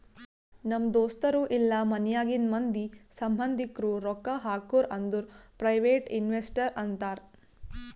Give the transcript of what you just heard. ನಮ್ ದೋಸ್ತರು ಇಲ್ಲಾ ಮನ್ಯಾಗಿಂದ್ ಮಂದಿ, ಸಂಭಂದಿಕ್ರು ರೊಕ್ಕಾ ಹಾಕುರ್ ಅಂದುರ್ ಪ್ರೈವೇಟ್ ಇನ್ವೆಸ್ಟರ್ ಅಂತಾರ್